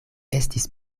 estis